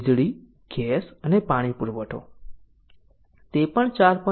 વીજળી ગેસ અને પાણી પુરવઠો તે પણ 4